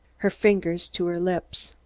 her finger to her lips.